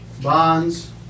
Bonds